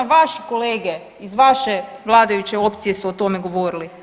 Vaši kolege iz vaše vladajuće opcije su o tome govorili.